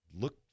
Look